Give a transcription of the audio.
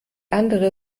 andere